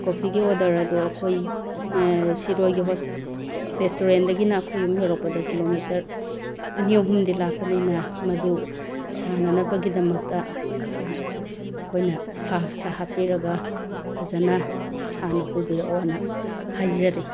ꯀꯣꯐꯤꯒꯤ order ꯑꯗꯨ ꯑꯩꯈꯣꯏ ꯁꯤꯔꯣꯏꯒꯤ ꯔꯦꯁꯇꯨꯔꯦꯟꯗꯒꯤꯅ ꯑꯩꯈꯣꯏ ꯌꯨꯝ ꯌꯧꯔꯛꯄꯗ ꯀꯤꯂꯣꯃꯤꯇꯔ ꯑꯅꯤ ꯑꯍꯨꯝꯗꯤ ꯂꯥꯞꯄꯅꯤꯅ ꯃꯗꯨ ꯁꯥꯅꯅꯕꯒꯤꯗꯃꯛꯇ ꯑꯩꯈꯣꯏꯅ ꯐ꯭ꯂꯥꯁꯇ ꯍꯥꯞꯄꯤꯔꯒ ꯐꯖꯅ ꯁꯥꯅ ꯄꯨꯕꯤꯔꯛꯑꯣꯅ ꯍꯥꯏꯖꯔꯤ